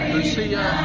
Lucia